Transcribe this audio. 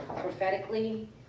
Prophetically